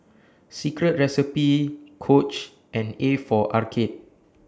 Secret Recipe Coach and A For Arcade